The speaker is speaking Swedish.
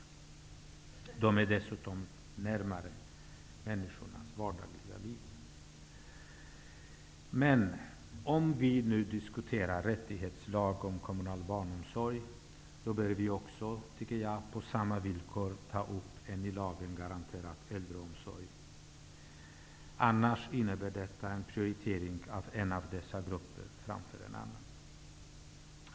De befinner sig dessutom närmare människornas vardagliga liv. Om vi nu diskuterar en lag om rätten till kommunal barnomsorg, bör vi också på samma villkor ta upp en i lagen garanterad äldreomsorg, annars innebär det en prioritering av en grupp framför en annan.